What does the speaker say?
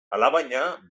alabaina